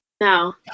No